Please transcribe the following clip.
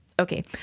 Okay